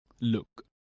Look